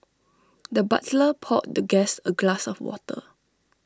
the butler poured the guest A glass of water